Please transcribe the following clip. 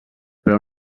però